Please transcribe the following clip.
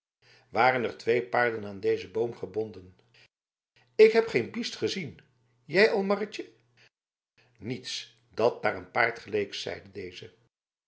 waren er twee paarden aan dezen boom gebonden ik heb geen biest gezien jij al marretje niets dat naar een paard leek zeide deze